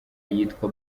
yitwa